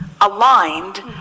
aligned